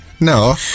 No